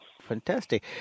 Fantastic